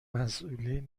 مسئولین